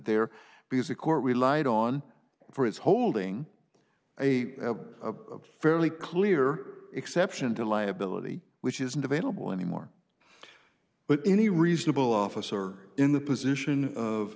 there because the court relied on for its holding a a fairly clear exception to liability which isn't available anymore but any reasonable officer in the position of